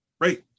Right